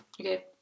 okay